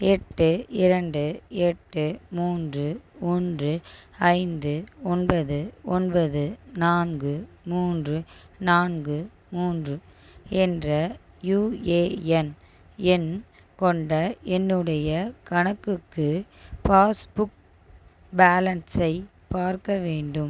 எட்டு இரண்டு எட்டு மூன்று ஒன்று ஐந்து ஒன்பது ஒன்பது நான்கு மூன்று நான்கு மூன்று என்ற யூஏஎன் எண் கொண்ட என்னுடைய கணக்குக்கு பாஸ் புக் பேலன்ஸை பார்க்க வேண்டும்